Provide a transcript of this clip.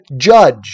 judge